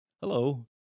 Hello